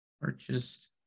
purchased